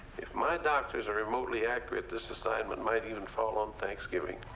if my doctors are remotely accurate, this assignment might even fall on thanksgiving.